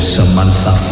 Samantha